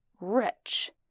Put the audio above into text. rich